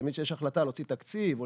תמיד כשיש החלטה להוציא תקציב או